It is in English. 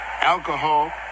alcohol